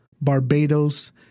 Barbados